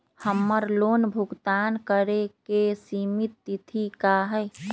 हमर लोन भुगतान करे के सिमित तिथि का हई?